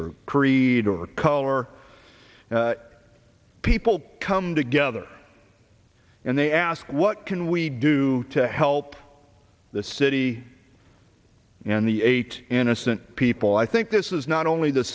or creed or color people come together and they ask what can we do to help this city and the eight innocent people i think this is not only the